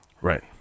Right